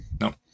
No